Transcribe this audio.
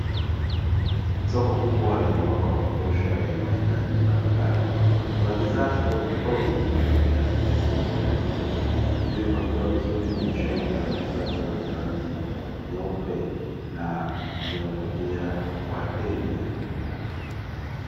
Soko kubwa lenye mwanga wa kutosha lenye mahitaji mbalimbali, kuna bidhaa tofauti tofauti kama viatu vya kiume na vya kike vimepangiliwa vizuri kwenye shelfu za kisasa zenye rangi nyeupe na zinavutia wateja.